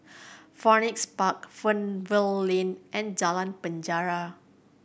Phoenix Park Fernvale Lane and Jalan Penjara